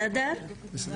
בסדר.